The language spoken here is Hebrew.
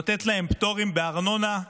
נותנת להם פטורים בארנונה,